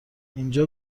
اینجا